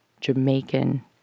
Jamaican